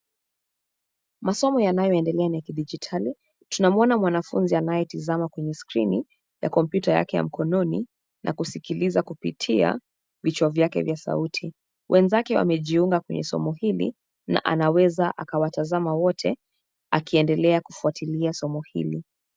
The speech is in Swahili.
Masomo yanayoendelea ni ya kidijitali. Tunamuona mwanafunzi anayetizama kwenye skrini ya kompyuta yake ya mkononi, na kusikiliza kupitia vichwa vyake vya sauti. Wenzake wamejiunga kwenye somo hili, na anaweza akawatazama wote akiendelea kufuatilia somo hili.